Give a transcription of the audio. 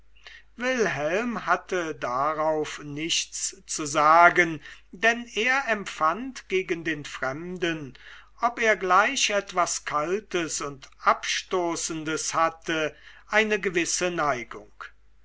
wilhelm hatte darauf nichts zu sagen denn er empfand gegen den fremden ob er gleich etwas kaltes und abstoßendes hatte eine gewisse neigung